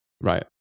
right